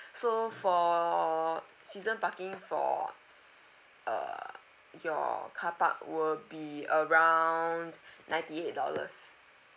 so for season parking for err your car park will be around ninety eight dollars